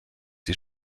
sie